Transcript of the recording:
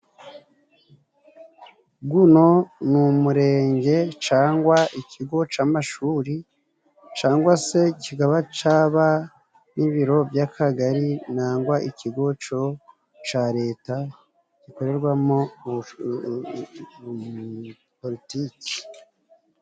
Uno ni umurenge cyangwa ikigo cy'amashuri, cyangwa se kikaba cyaba n'ibiro by'akagari cyangwa ikigo cya Leta gikorerwamo politiki.